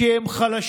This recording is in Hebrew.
כי הם חלשים,